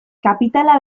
kapitala